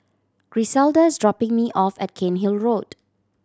Griselda is dropping me off at Cairnhill Road